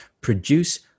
produce